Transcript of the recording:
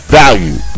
value